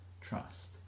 trust